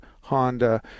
Honda